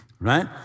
right